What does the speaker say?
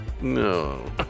no